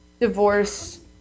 divorce